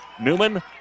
Newman